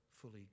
fully